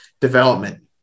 development